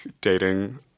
dating